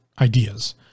ideas